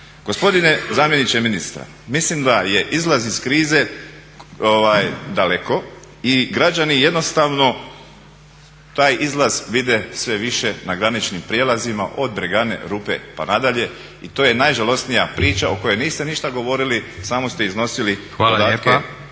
Gospodine zamjeniče ministra mislim da je izlaz iz krize daleko i građani jednostavno taj izlaz vide sve više na graničnim prijelazima od Bregane, Rupe pa nadalje i to je najžalosnija priča o kojoj niste ništa govorili samo ste iznosili podatke